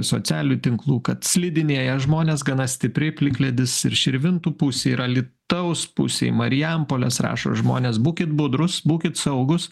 socialinių tinklų kad slidinėja žmonės gana stipriai plikledis ir širvintų pusėj ir alytaus pusėj marijampolės rašo žmonės būkit budrūs būkit saugūs